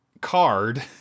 card